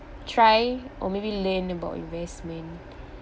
try or maybe learn about investment